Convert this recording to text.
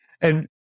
And-